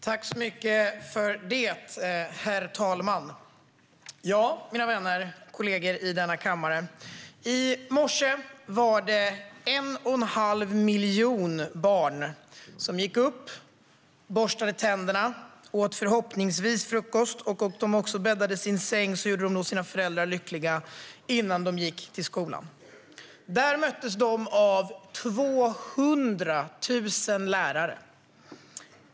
Herr talman! Mina vänner och kollegor i denna kammare! I morse var det 1 1⁄2 miljon barn som gick upp, borstade tänderna och förhoppningsvis åt frukost - om de också bäddade sängen gjorde de nog sina föräldrar lyckliga - innan de gick till skolan. Där möttes de av 200 000 lärare.